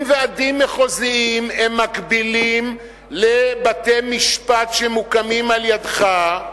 אם ועדים מחוזיים מקבילים לבתי-משפט שמוקמים על-ידך,